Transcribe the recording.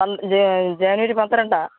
ജനുവരി പന്ത്രണ്ടാണ്